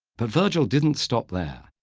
but virgil didn't stop there.